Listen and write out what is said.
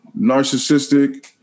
narcissistic